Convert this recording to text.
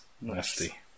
Nasty